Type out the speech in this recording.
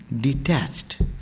detached